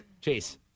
Chase